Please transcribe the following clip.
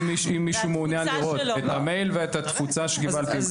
אם מישהו מעוניין לראות את המייל ואת התפוצה שקיבלתי.